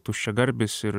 tuščiagarbis ir